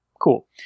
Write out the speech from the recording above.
cool